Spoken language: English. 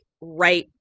right